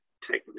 technique